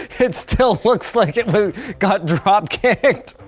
it still looks like it got dropkicked.